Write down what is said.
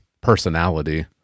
personality